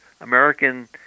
American